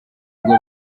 ngo